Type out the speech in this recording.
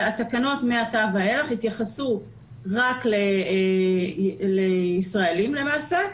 שהתקנות מעתה ואילך יתייחסו רק לישראלים למעשה,